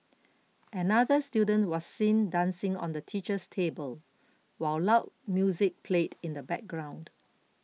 another student was seen dancing on the teacher's table while loud music played in the background